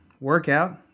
workout